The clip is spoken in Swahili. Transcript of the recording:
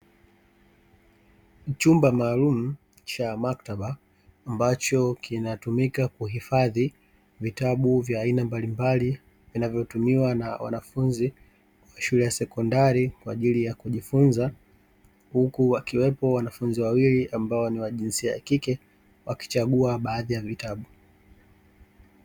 Chumba maalum cha maktaba ambacho kinatumika kuhifadhi vitabu vya aina mbalimbali vinavyotumiwa na wanafunzi shule ya sekondari kwa ajili ya kujifunza, huku wakiwepo wanafunzi wawili ambao ni wa jinsi ya kike wakichagua baadhi ya vitabu.